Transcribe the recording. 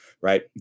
Right